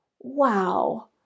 Wow